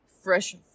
Fresh